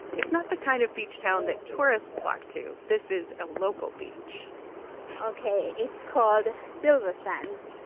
it's not the kind of beach town that tourists flock to. this is a local beach ok. it's called silver sands.